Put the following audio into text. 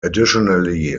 additionally